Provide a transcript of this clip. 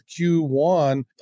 Q1